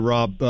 Rob